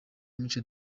mico